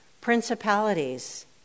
Principalities